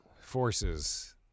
forces